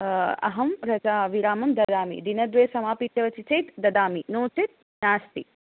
अहं रजा विरामं ददामि दिनद्वये समापितवती चेत् ददामि नो चेत् नास्ति